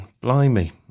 blimey